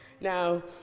Now